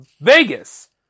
Vegas